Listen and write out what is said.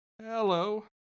Hello